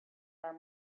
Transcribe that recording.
are